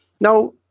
Now